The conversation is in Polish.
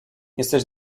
jesteś